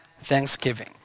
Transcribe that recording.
thanksgiving